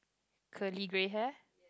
curly grey hair